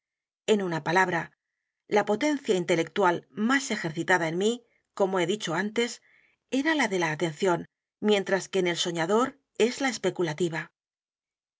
en una palabra la potencia intelectual más ejercitada en mí como h e dicho antes era la de la atención mientras que en el soñador es la especulativa